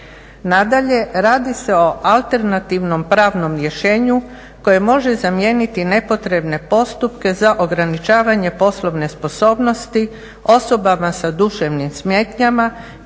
Nadalje, radi se o alternativnom pravnom rješenju koji može zamijeniti nepotrebne postupke za ograničavanje poslovne sposobnosti, osobama sa duševnim smetnjama